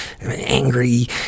angry